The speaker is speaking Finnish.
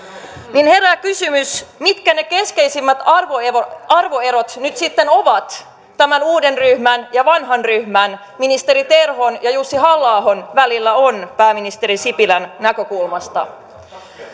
joten herää kysymys mitkä ne keskeisimmät arvoerot nyt sitten ovat tämän uuden ryhmän ja vanhan ryhmän ministeri terhon ja jussi halla ahon välillä pääministeri sipilän näkökulmasta